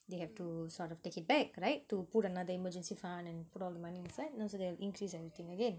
they have to sort of take it back right to put another emergency fund and put all the money inside so they can increase everything again